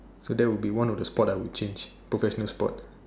so that will be one of the sport I will change professional sport